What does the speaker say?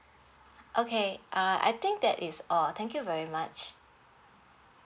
okay uh I think that is all thank you very much